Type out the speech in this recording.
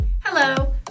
Hello